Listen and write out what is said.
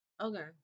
Okay